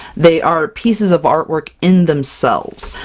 they are pieces of artwork in themselves!